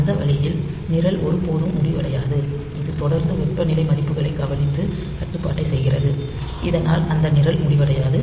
அந்த வழியில் நிரல் ஒருபோதும் முடிவடையாது இது தொடர்ந்து வெப்பநிலை மதிப்புகளைக் கவனித்து கட்டுப்பாட்டைச் செய்கிறது இதனால் அந்த நிரல் முடிவடையாது